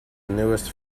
newest